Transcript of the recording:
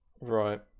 Right